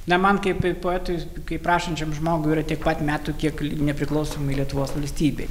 na man kaip poetui kaip rašančiam žmogui yra tiek pat metų kiek nepriklausomai lietuvos valstybei